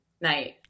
night